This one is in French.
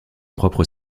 propre